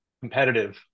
competitive